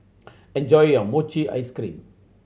enjoy your mochi ice cream